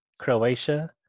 Croatia